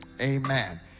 Amen